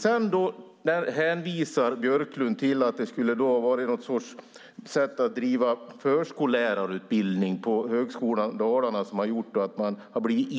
Sedan hänvisar Björklund till att det skulle ha varit något sätt att driva förskollärarutbildning på Högskolan Dalarna som gjorde att man fick